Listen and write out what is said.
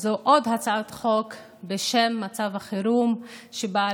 זו עוד הצעת חוק בשם מצב החירום שבאה